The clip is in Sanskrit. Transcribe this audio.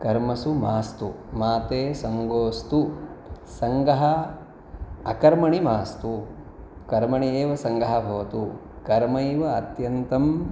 कर्मसु मास्तु मा ते सङ्गोस्तु सङ्गः अकर्मणि मास्तु कर्मणि एव सङ्गः भवतु कर्मैव अत्यन्तं